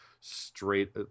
straight